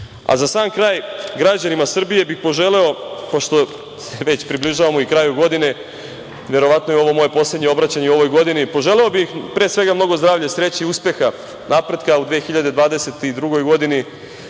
sam kraj, građanima Srbije bih poželeo, pošto se već približavamo i kraju godine, verovatno je ovo moje poslednje obraćanje u ovoj godini, poželeo bih pre svega mnogo zdravlja, sreće, uspeha, napretka u 2022. godini,